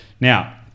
Now